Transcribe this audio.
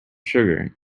sugar